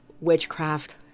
witchcraft